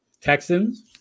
Texans